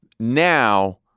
Now